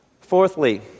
Fourthly